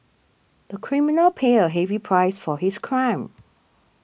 the criminal paid a heavy price for his crime